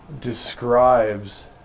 describes